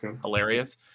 hilarious